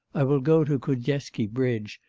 i will go to kuznetsky bridge,